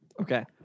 Okay